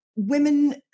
Women